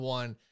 one